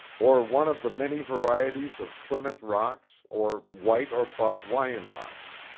or one of the many varieties of plymouth rocks or white or buff wyandottes.